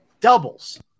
doubles